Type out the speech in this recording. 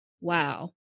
wow